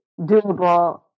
doable